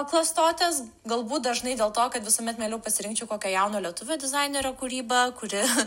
klastotės galbūt dažnai dėl to kad visuomet mieliau pasirinkčiau kokią jauno lietuvių dizainerio kūrybą kuri